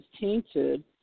tainted